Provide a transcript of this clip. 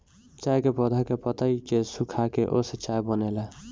चाय के पौधा के पतइ के सुखाके ओसे चाय बनेला